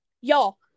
Y'all